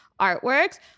artworks